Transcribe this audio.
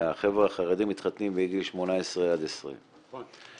מהחבר'ה החרדים, מתחתנים בגיל 18 עד 20. נכון.